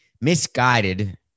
Misguided